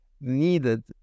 needed